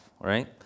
right